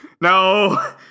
no